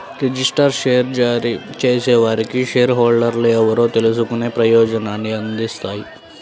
registered share జారీ చేసేవారికి share హోల్డర్లు ఎవరో తెలుసుకునే ప్రయోజనాన్ని అందిస్తాయి